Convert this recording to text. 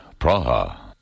Praha